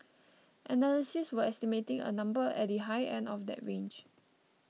analysts were estimating a number at the high end of that range